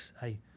hey